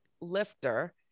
lifter